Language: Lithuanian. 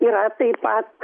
yra taip pat